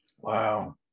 Wow